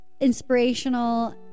inspirational